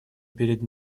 перед